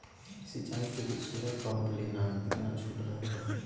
सिंचाई के लिए सोलर पंप लेना है कितना छुट रहतैय?